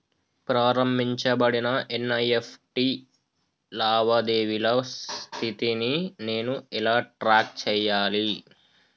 ప్రారంభించబడిన ఎన్.ఇ.ఎఫ్.టి లావాదేవీల స్థితిని నేను ఎలా ట్రాక్ చేయాలి?